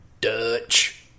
Dutch